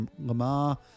Lamar